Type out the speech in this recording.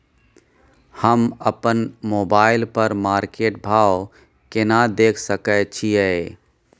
हम अपन मोबाइल पर मार्केट भाव केना देख सकै छिये?